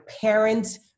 parents